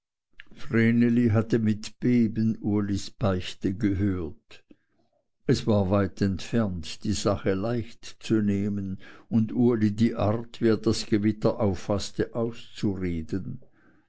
hatte mit beben ulis beichte gehört es war weit entfernt die sache leicht zu nehmen und uli die art wie er das gewitter auffaßte auszureden